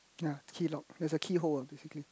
ya key lock there's a keyhole ah basically